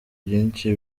byinshi